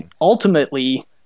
ultimately